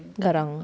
garang